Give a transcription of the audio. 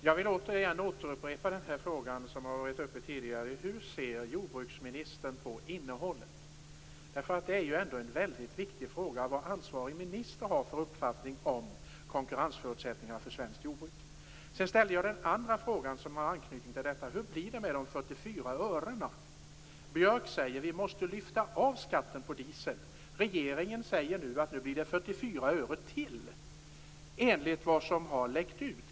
Herr talman! Jag vill upprepa den fråga som tidigare har varit uppe. Hur ser jordbruksministern på innehållet? Det är ju mycket viktigt vad ansvarig minister har för uppfattning om konkurrensförutsättningarna för svenskt jordbruk. Den andra frågan som jag ställde och som har anknytning till detta var: Hur blir det med de 44 örena? Björk säger att vi måste lyfta av skatten på diesel. Regeringen säger nu att det blir 44 öre till, enligt vad som har läckt ut.